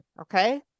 okay